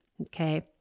okay